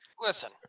listen